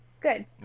good